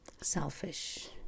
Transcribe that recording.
selfish